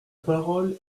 parole